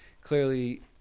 clearly